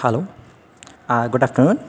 hello हाँ good afternoon